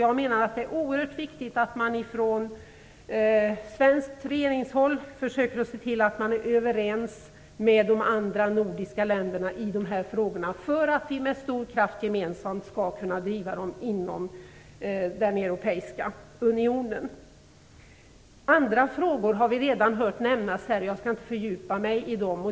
Jag menar att det är oerhört viktigt att man från svenskt regeringshåll försöker se till att man är överens med de andra nordiska länderna i dessa frågor, för att vi gemensamt skall kunna driva dem med stor kraft inom den europeiska unionen. Andra frågor har vi redan hört nämnas här. Jag skall inte fördjupa mig i dem.